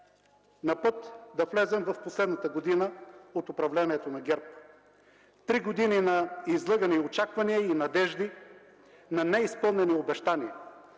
на път да влезем в последната година от управлението на ГЕРБ. Три години на излъгани очаквания и надежди, на неизпълнени обещания.